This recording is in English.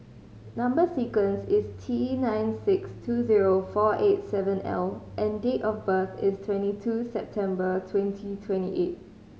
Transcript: number sequence is T nine six two zero four eight seven L and date of birth is twenty two September twenty twenty eight